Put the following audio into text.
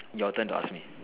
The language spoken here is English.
your turn ask me